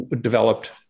developed